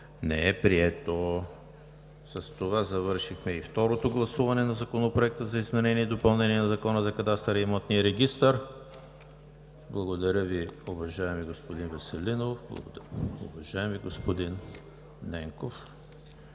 не е прието. С това завършихме и второто гласуване на Законопроекта за изменение и допълнение на Закона за кадастъра и имотния регистър. Благодаря Ви, уважаеми господин Веселинов и уважаеми господин Ненков,